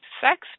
sex